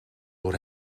door